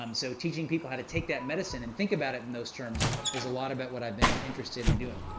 um so teaching people how to take that medicine and think about it in those terms is a lot about what i've been interested in doing.